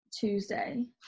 Tuesday